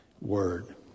word